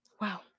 Wow